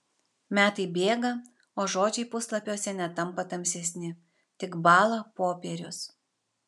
metai bėga o žodžiai puslapiuose netampa tamsesni tik bąla popierius